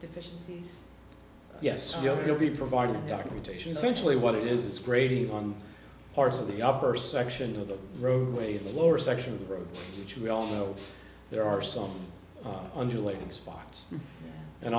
deficiencies yes we'll be providing documentation essentially what it is is grading on parts of the upper section of the roadway the lower section of the road which we all know there are some undulating spots and